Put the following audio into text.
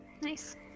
Nice